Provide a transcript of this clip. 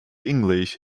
english